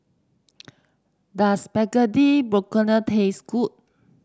does Spaghetti Bolognese taste good